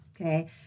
okay